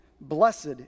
Blessed